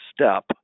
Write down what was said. step